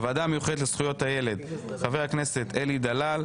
הוועדה המיוחדת לזכויות הילד, חבר הכנסת אלי דלאל.